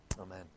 Amen